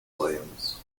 williams